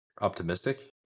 optimistic